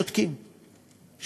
שותקים,